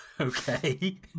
Okay